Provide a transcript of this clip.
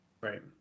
Right